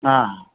हां